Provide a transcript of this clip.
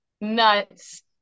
nuts